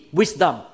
wisdom